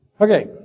Okay